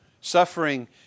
Suffering